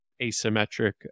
asymmetric